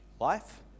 life